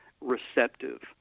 receptive